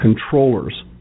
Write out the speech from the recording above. controllers